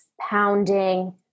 pounding